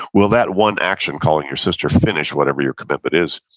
will that one action, calling your sister, finish whatever your commitment is?